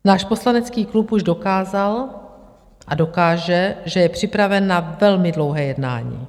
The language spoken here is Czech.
Náš poslanecký klub už dokázal a dokáže, že je připraven na velmi dlouhé jednání.